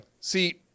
See